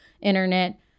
internet